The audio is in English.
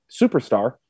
superstar